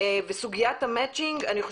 סוגיית המצ'ינג לדעתי,